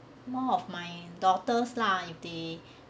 more of my daughters lah they